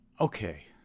okay